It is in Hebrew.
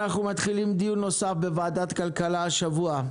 אנחנו פותחים דיון נוסף בוועדת הכלכלה השבוע,